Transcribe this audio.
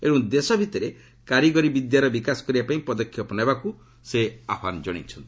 ଏଣୁ ଦେଶ ଭିତରେ କାରିଗରି ବିଦ୍ୟାର ବିକାଶ କରିବା ପାଇଁ ପଦକ୍ଷେପ ନେବାକୁ ସେ ଆହ୍ୱାନ ଜଣାଇଛନ୍ତି